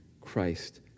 Christ